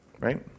right